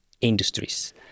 industries